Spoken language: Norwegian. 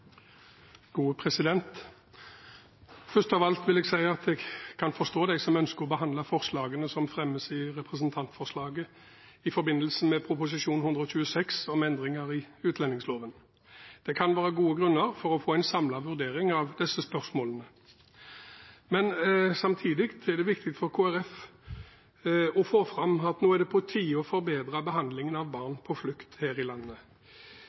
Først av alt vil jeg si at jeg kan forstå dem som ønsker å behandle forslagene som fremmes i representantforslaget, i forbindelse med Prop. 126 L for 2016–2017 om endringer i utlendingsloven. Det kan være gode grunner for å få en samlet vurdering av disse spørsmålene, men samtidig er det viktig for Kristelig Folkeparti å få fram at nå er det på tide å forbedre behandlingen av barn på flukt her i landet.